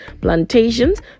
plantations